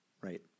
right